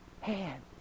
hand